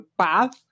path